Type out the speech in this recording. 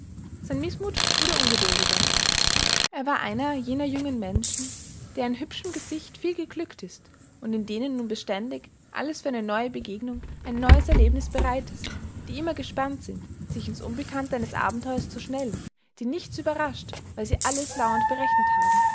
sein mißmut wurde ungeduldiger er war einer jener jungen menschen deren hübschem gesicht viel geglückt ist und in denen nun beständig alles für eine neue begegnung ein neues erlebnis bereit ist die immer gespannt sind sich ins unbekannte eines abenteuers zu schnellen die nichts überrascht weil sie alles lauernd berechnet haben